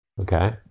Okay